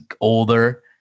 older